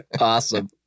Awesome